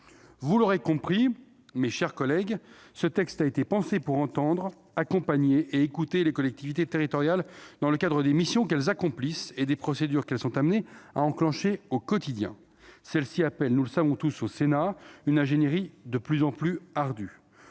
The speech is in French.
Vous l'aurez compris, mes chers collègues, ce texte a été pensé pour entendre, accompagner et écouter les collectivités territoriales dans le cadre des missions qu'elles accomplissent et des procédures qu'elles sont amenées à enclencher au quotidien. Celles-ci appellent, nous le savons tous au Sénat, une ingénierie de plus en plus ardue.